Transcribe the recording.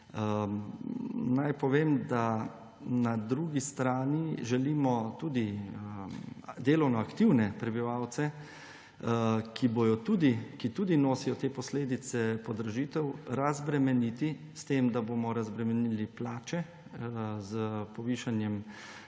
Naj povem, da na drugi strani želimo tudi delovno aktivne prebivalce, ki tudi nosijo te posledice podražitev, razbremeniti s tem, da bomo razbremenili plače s povišanjem